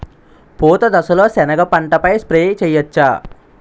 పూత దశలో సెనగ పంటపై స్ప్రే చేయచ్చా?